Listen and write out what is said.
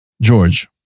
George